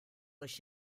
euch